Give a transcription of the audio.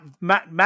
Matt